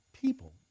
people